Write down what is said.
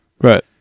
Right